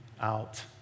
out